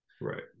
right